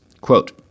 Quote